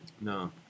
no